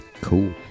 Cool